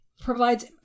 provides